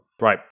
right